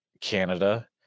Canada